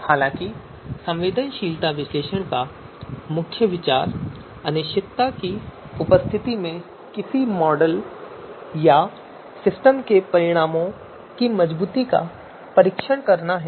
हालांकि संवेदनशीलता विश्लेषण का मुख्य विचार अनिश्चितता की उपस्थिति में किसी मॉडल या सिस्टम के परिणामों की मजबूती का परीक्षण करना है